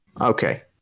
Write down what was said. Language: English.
Okay